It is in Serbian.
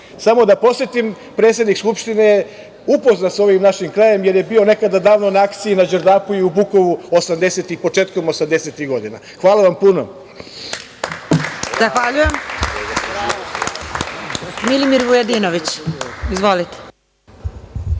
samo da podsetim, predsednik Skupštine je upoznat sa ovim našim krajem jer je bio nekada davno na akciji na Đerdapu i u Bukovu početkom osamdesetih godina. Hvala vam puno.